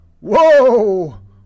Whoa